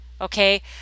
Okay